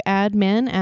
admin